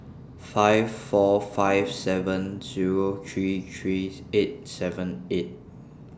five four five seven Zero three three eight seven eight